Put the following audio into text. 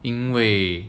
因为